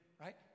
right